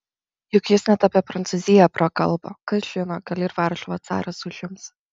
juk jis net apie prancūziją prakalbo kas žino gal ir varšuvą caras užims